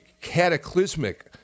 cataclysmic